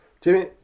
Jimmy